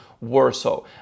Warsaw